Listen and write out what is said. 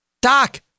Doc